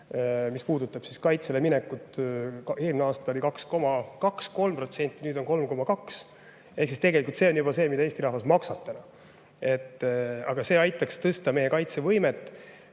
mis puudutab kaitseväge. Eelmine aasta oli 2,2%–2,3%, nüüd on 3,2%, ehk siis tegelikult see on juba see, mida Eesti rahvas maksab. Aga see aitaks tõsta meie kaitsevõimet.